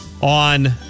on